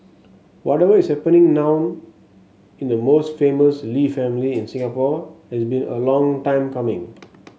whatever is happening now in the most famous Lee family in Singapore has been a long time coming